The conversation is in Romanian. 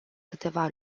câteva